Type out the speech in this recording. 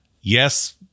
Yes